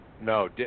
no